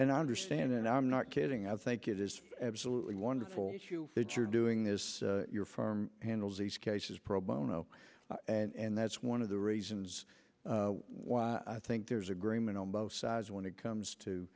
and i understand and i'm not kidding i think it is absolutely wonderful that you're doing this your firm handles these cases pro bono and that's one of the reasons why i think there's agreement on both sides when it comes to